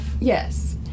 Yes